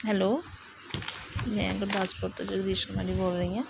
hello ਮੈਂ ਗੁਰਦਾਸਪੁਰ ਤੋਂ ਜਗਦੀਸ਼ ਕੁਮਾਰੀ ਬੋਲ ਰਹੀ ਹਾਂ